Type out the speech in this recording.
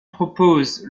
propose